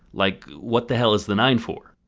like. what the hell is the nine for?